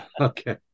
Okay